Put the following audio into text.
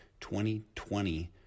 2020